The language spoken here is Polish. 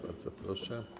Bardzo proszę.